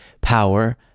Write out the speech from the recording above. power